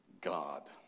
God